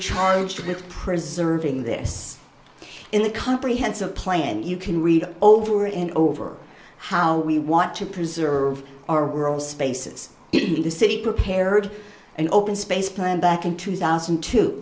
charged with preserving this in a comprehensive plan you can read over and over how we want to preserve our world spaces in the city prepared an open space plan back in two thousand